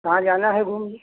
कहाँ जाना है घूमने